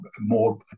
more